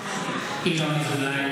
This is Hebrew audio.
(קורא בשמות חברי הכנסת) ינון אזולאי,